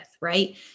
right